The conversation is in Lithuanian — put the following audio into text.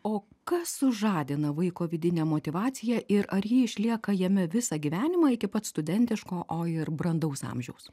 o kas sužadina vaiko vidinę motyvaciją ir ar ji išlieka jame visą gyvenimą iki pat studentiško o ir brandaus amžiaus